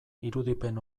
irudipen